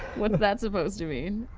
what is that supposed to mean?